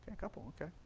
a couple, okay.